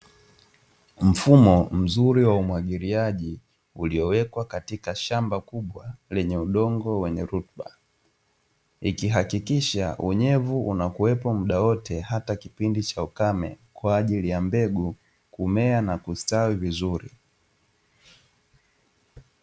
Mfumo mzuri wa umwagiliaji uliowekwa katika shamba kubwa lenye udongo wenye rutuba, ikihakikisha unyevu unakuwepo muda wote hata kipindi cha ukame kwa ajili ya mbegu kumea na kustawi vizuri.